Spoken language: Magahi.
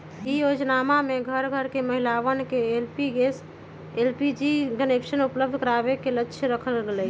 ई योजनमा में घर घर के महिलवन के एलपीजी कनेक्शन उपलब्ध करावे के लक्ष्य रखल गैले